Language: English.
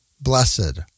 Blessed